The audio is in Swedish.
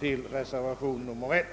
till reservationen nr: 1.